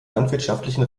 landwirtschaftlichen